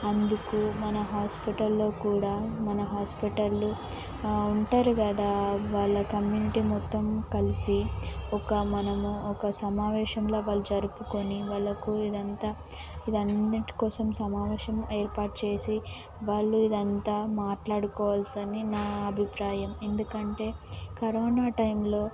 అందుకు మన హాస్పిటల్లో కూడా మన హాస్పిటల్లు ఉంటారు కదా వాళ్ళ కమ్యూనిటీ మొత్తం కలిసి ఒక మనము ఒక సమావేశంలో వాళ్ళు జరుపుకొని వాళ్ళకు ఇదంతా ఇది అన్నిటి కోసం సమావేశం ఏర్పాటు చేసి వాళ్ళు ఇదంతా మాట్లాడుకోవాల్సి అని నా అభిప్రాయం ఎందుకంటే కరోనా టైంలో